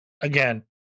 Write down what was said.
again